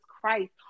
Christ